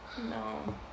No